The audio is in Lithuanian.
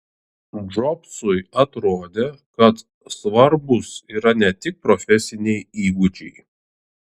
džobsui atrodė kad svarbūs yra ne tik profesiniai įgūdžiai